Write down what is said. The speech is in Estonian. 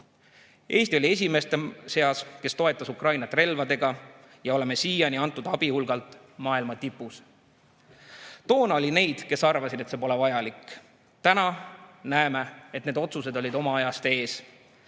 Eesti oli esimeste seas, kes toetas Ukrainat relvadega ja oleme siiani antud abi hulgalt maailma tipus. Toona oli neid, kes arvasid, et see pole vajalik. Täna näeme, et need otsused olid oma ajast ees.